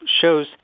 shows